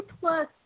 plus